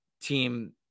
team